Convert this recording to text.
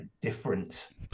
difference